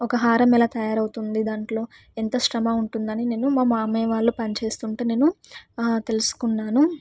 ఒక హారం ఎలా తయారవుతుంది దాంట్లో ఎంత శ్రమ ఉంటుందని నేను మా మామయ్య వాళ్ళు పని చేస్తుంటే నేను తెలుసుకున్నాను